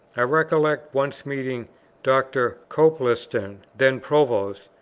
i recollect once meeting dr. copleston, then provost,